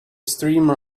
streamer